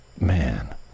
Man